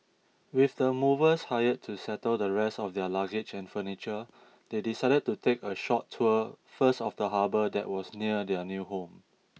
with the movers hired to settle the rest of their luggage and furniture they decided to take a short tour first of the harbour that was near their new home